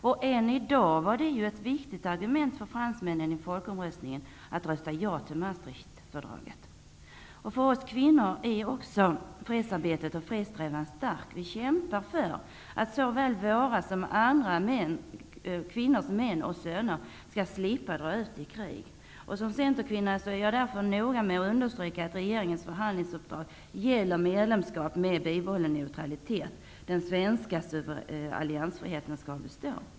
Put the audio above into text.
Det var fortfarande ett viktigt argument för fransmännen för att i folkomröstningen rösta ja till Maastrichtfördraget. För oss kvinnor är också fredsarbetet viktigt och fredssträvan stark. Vi kämpar för att såväl våra, som andra kvinnors, män och söner skall slippa dra ut i krig. Som centerkvinna är jag därför noga med att understryka att regeringens förhandlingsuppdrag gäller ''medlemskap med bibehållen neutralitet''. Den svenska alliansfriheten skall bestå.